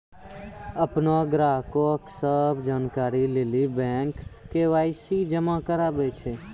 अपनो ग्राहको के सभ जानकारी लेली बैंक के.वाई.सी जमा कराबै छै